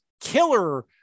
killer